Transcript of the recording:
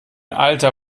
alter